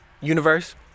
Universe